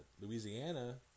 Louisiana